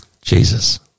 Jesus